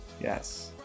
Yes